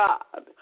God